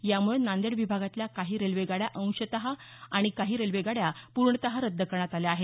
यामुळे नांदेड विभागातल्या काही रेल्वे गाड्या पूर्णतः तर काही रेल्वे गाड्या अंशतः रद्द करण्यात आल्या आहेत